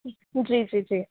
जी जी जी